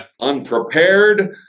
unprepared